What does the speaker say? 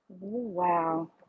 Wow